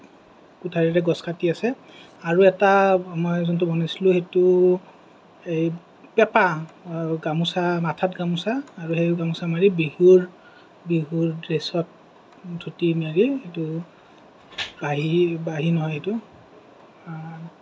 কুঠাৰেৰে গছ কাটি আছে আৰু এটা মই যোনটো বনাইছিলোঁ সেইটো এই পেঁপা আৰু গামোচা মাঠাত গামোচা আৰু সেই গামোচা মাৰি বিহুৰ বিহুৰ ড্ৰেছত ধূতি মাৰি সেইটো বাঁহী বাঁহী নহয় সেইটো